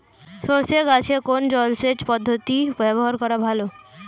সরষে গাছে কোন জলসেচ পদ্ধতি ব্যবহার করা ভালো?